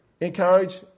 encourage